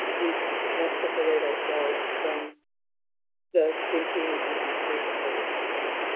we can't separate ourselves from the thinking and acting of other people.